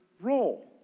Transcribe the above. role